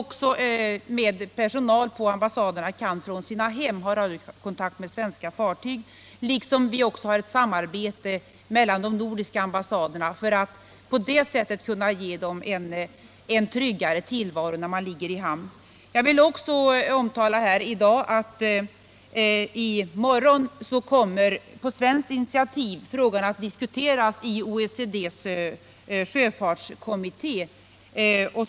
Även personal på ambassaderna kan från sina hem ha radiokontakt med svenska fartyg, liksom vi har ett samarbete mellan de nordiska ambassaderna för att på det sättet kunna ge de ombordanställda en tryggare tillvaro när fartygen ligger i hamn. Jag vill också omtala att i morgon kommer på svenskt initiativ frågan att diskuteras i OECD:s sjöfartskommitté.